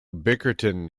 bickerton